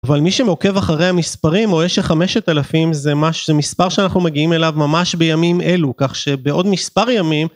אבל מי שעוקב אחרי המספרים רואה שחמשת אלפים זה מספר שאנחנו מגיעים אליו ממש בימים אלו כך שבעוד מספר ימים